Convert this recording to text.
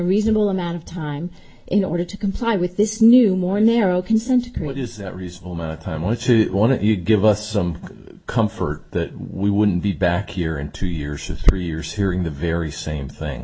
reasonable amount of time in order to comply with this new more narrow consent what is a reasonable amount of time which one of you give us some comfort that we wouldn't be back here in two years or three years hearing the very same thing